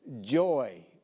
joy